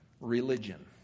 religion